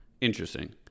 interesting